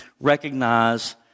recognize